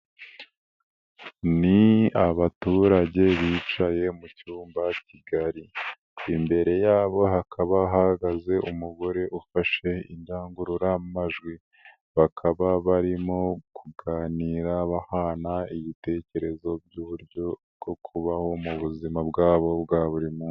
Ni abaturage bicaye mu cyumba cy'igari. Imbere yabo hakaba hahagaze umugore ufashe indangururamajwi. Bakaba barimo kuganira, bahana ibitekerezo by'uburyo bwo kubaho mu buzima bwabo bwa buri munsi.